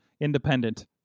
independent